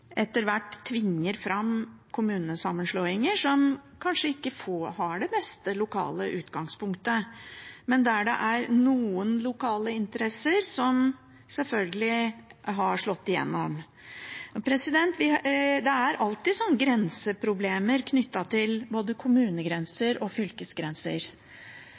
etter hvert tvinger fram kommunesammenslåinger som kanskje ikke har det beste lokale utgangspunktet, men der det er noen lokale interesser som har slått igjennom. Det er alltid grenseproblemer knyttet til både kommunegrenser og fylkesgrenser.